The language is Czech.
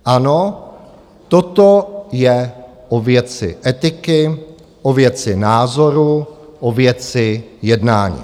Ano, toto je o věci etiky, o věci názoru, o věci jednání.